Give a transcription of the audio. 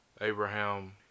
Abraham